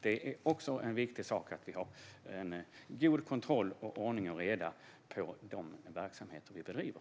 Det är en viktig sak att vi har god kontroll och ordning och reda i de verksamheter som vi bedriver.